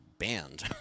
banned